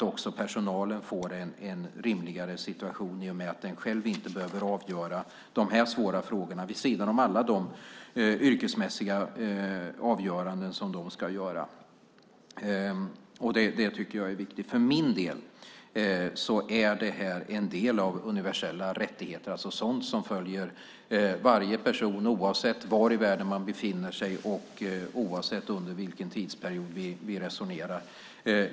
Också personalen får då en rimligare situation i och med att man inte själv behöver avgöra dessa svåra frågor vid sidan av alla yrkesmässiga avgöranden som man ställs inför. Det tycker jag är viktigt. För min del är detta en del av de universella rättigheterna, alltså sådant som följer varje person oavsett var i världen man befinner sig och oavsett under vilken tidsperiod som vi resonerar om.